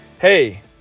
Hey